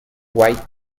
white